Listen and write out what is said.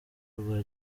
rwa